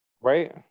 Right